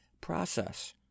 process